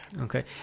okay